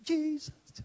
Jesus